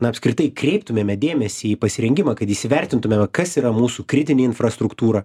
na apskritai kreiptumėme dėmesį į pasirengimą kad įsivertintumėme kas yra mūsų kritinė infrastruktūra